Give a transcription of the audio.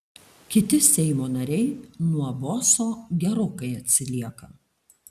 kiti seimo nariai nuo boso gerokai atsilieka